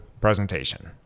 presentation